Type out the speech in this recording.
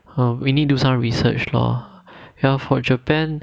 we need do some research ya for japan